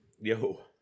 yo